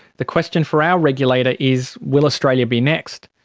the question for our regulator is, will australia be next?